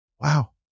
Wow